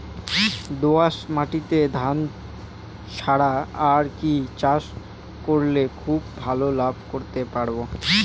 দোয়াস মাটিতে ধান ছাড়া আর কি চাষ করলে খুব ভাল লাভ করতে পারব?